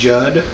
Judd